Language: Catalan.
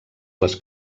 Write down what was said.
les